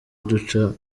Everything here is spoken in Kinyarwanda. duca